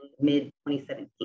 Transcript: mid-2017